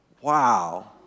Wow